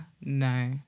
no